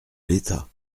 l’état